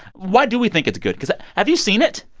why do we think it's good? because have you seen it?